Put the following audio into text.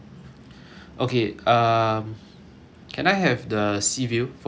okay um can I have the sea view for both rooms